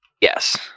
Yes